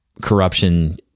corruption